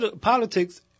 politics